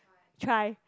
try